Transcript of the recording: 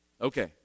Okay